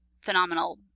phenomenal